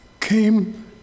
came